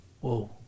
Whoa